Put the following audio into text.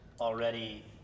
already